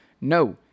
No